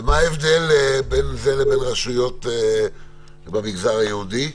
ומה ההבדל בין זה לבין רשויות במגזר היהודי?